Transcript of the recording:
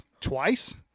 Twice